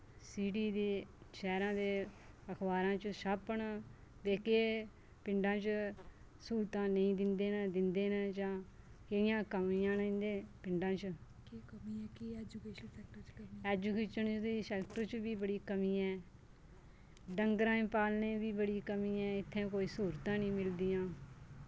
city दे शैह्रां दे अखबारां च शापन ते केह् पिंडां च स्हूलतां नेईं दिंदे न दिंदे न जां कि'यां कमियां न इंदे पिंडां च एजुकेशन दे सैक्टर च वी बड़ी कमी ऐ डंगरां गी पालने दी बड़ी कमी ऐ इत्थैं कोई स्हूलतां निं मिलदियां